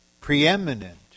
preeminent